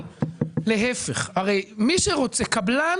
להיפך, מי שרוצה, קבלן